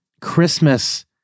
Christmas